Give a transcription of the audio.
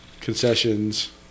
Concessions